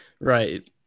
right